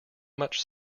much